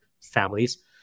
families